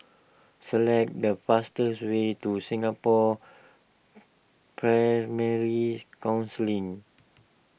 select the fastest way to Singapore primary Council